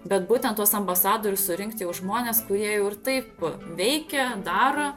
bet būtent tuos ambasadorius surinkti jau žmones kurie jau ir taip veikia daro